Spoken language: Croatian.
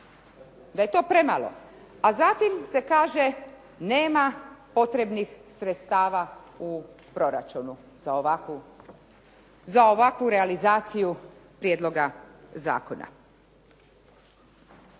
da je to premalo a zatim se kaže nema potrebnih sredstava u proračunu za ovakvu realizaciju prijedloga zakona.